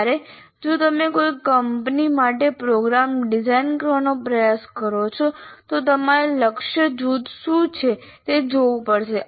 જ્યારે જો તમે કોઈ કંપની માટે પ્રોગ્રામ ડિઝાઇન કરવાનો પ્રયાસ કરો છો તો તમારે લક્ષ્ય જૂથ શું છે તે જોવું પડશે